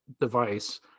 device